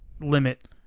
limit